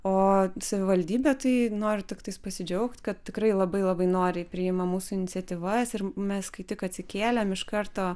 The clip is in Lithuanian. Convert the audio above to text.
o savivaldybė tai noriu tiktais pasidžiaugt kad tikrai labai labai noriai priima mūsų iniciatyvas ir mes kai tik atsikėlėm iš karto